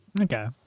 Okay